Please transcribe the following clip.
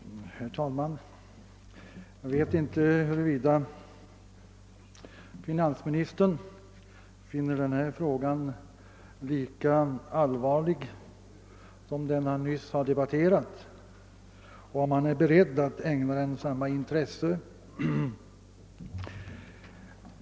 Herr talman! Jag vet inte om finans ministern finner denna fråga lika allvarlig som den han just har debatterat och om han är beredd att ägna denna samma intresse.